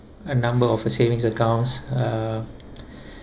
a number of savings accounts uh